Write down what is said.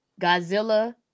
Godzilla